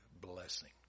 blessing